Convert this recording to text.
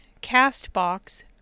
Castbox